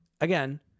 again